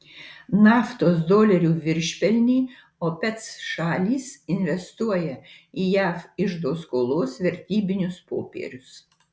naftos dolerių viršpelnį opec šalys investuoja į jav iždo skolos vertybinius popierius